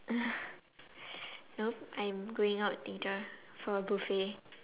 nope I'm going out later for a buffet